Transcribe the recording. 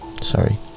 Sorry